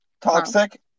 toxic